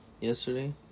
yesterday